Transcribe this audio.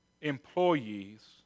employees